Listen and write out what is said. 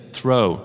Throw